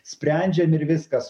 sprendžiam ir viskas